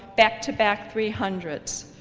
back-to-back three hundreds.